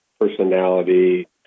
personality